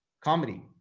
comedy